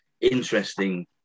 interesting